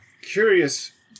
curious